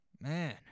Man